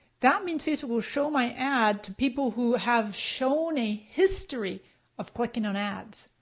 that means facebook will show my ad to people who have shown a history of clicking on ads.